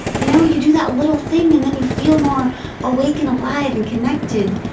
you know you do that little thing, and then you feel more awake and alive and connected.